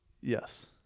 Yes